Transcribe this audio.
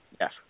Yes